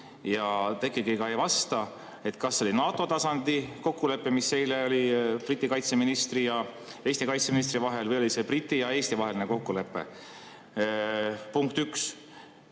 Ja te ikkagi ei vasta, et kas see oli NATO tasandi kokkulepe, mis eile sündis Briti kaitseministri ja Eesti kaitseministri vahel, või oli see Briti ja Eesti vaheline kokkulepe. Punkt üks.